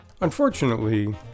Unfortunately